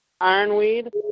Ironweed